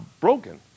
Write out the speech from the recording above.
broken